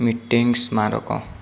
meeting Smarak